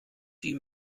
sie